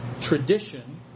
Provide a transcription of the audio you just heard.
Tradition